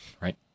Right